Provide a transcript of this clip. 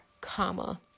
comma